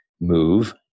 move